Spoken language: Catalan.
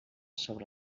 sobre